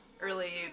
early